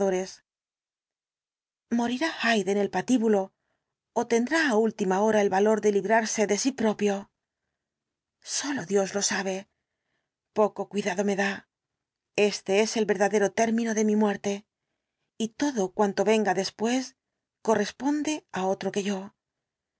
morirá hyde en el patíbulo ó tendrá á última hora el valor de librarse de sí propio sólo dios lo sabe poco cuidado me da éste es el verdadero término de mi muerte y todo cuanto venga después corresponde á otro que yo